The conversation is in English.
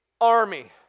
army